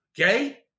Okay